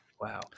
Wow